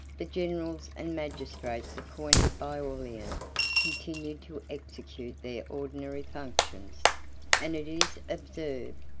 the generals and magistrates appointed by aurelian continued to execute their ordinary functions and it is observed,